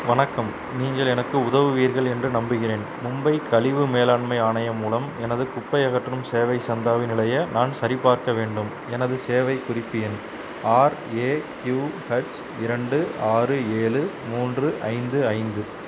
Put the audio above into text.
வணக்கம் நீங்கள் எனக்கு உதவுவீர்கள் என்று நம்புகிறேன் மும்பை கழிவு மேலாண்மை ஆணையம் மூலம் எனது குப்பை அகற்றும் சேவை சந்தாவின் நிலையை நான் சரிபார்க்க வேண்டும் எனது சேவைக் குறிப்பு எண் ஆர் ஏ க்யூ ஹச் இரண்டு ஆறு ஏழு மூன்று ஐந்து ஐந்து